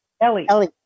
Ellie